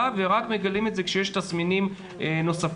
ורק מגלים את זה כשיש תסמינים נוספים,